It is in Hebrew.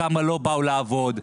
כמה לא באו לעבוד,